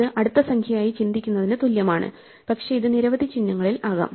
ഇത് അടുത്ത സംഖ്യയായി ചിന്തിക്കുന്നതിന് തുല്യമാണ് പക്ഷേ ഇത് നിരവധി ചിഹ്നങ്ങളിൽ ആകാം